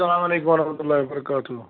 اَسَلام علیکُم وَرحمتہ اللہِ وَبَراکاتُہ